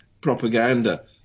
propaganda